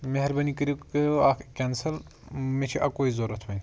مہربٲنی کٔرِو کٔرِو اَکھ کیٚنسل مےٚ چھُ اَکوے ضرورت وۄنۍ